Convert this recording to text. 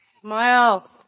Smile